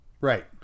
Right